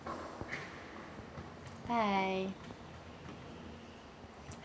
bye